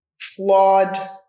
flawed